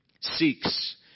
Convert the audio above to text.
seeks